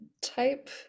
type